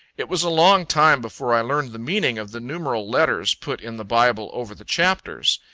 it was a long time before i learned the meaning of the numeral letters put in the bible over the chapters.